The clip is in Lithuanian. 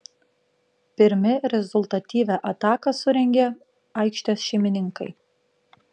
pirmi rezultatyvią ataką surengė aikštės šeimininkai